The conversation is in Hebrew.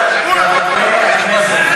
חברי הכנסת,